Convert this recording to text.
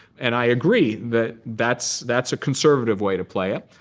and i agree that that's that's a conservative way to play it.